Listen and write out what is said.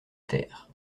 terre